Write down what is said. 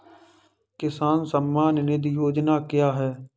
किसान सम्मान निधि योजना क्या है?